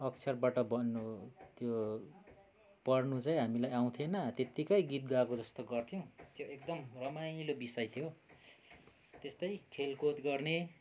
अक्षरबाट पढ्नु त्यो पढ्नु चाहिँ हामीलाई आउँथेन त्यत्तिकै गीत गाएको जस्तो गर्थ्यौँ त्यो एकदम रमाइलो विषय थियो त्यस्तै खेलकुद गर्ने